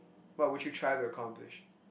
what would you try to accomplish